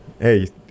Hey